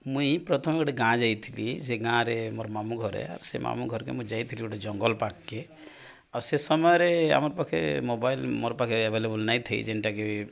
ମୁଇଁ ପ୍ରଥମେ ଗୋଟେ ଗାଁ ଯାଇଥିଲି ସେ ଗାଁରେ ମୋର ମାମୁଁ ଘରେ ସେ ମାମୁଁ ଘରକେ ମୁଁ ଯାଇଥିଲି ଗୋଟେ ଜଙ୍ଗଲ ପାର୍କକେ ଆଉ ସେ ସମୟରେ ଆମର ପାଖେ ମୋବାଇଲ୍ ମୋର ପାଖେ ଆଭେଲେବୁଲ୍ ନାଇଁ ଥାଏ ଯେନ୍ଟାକି